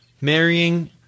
marrying